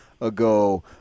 ago